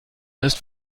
ist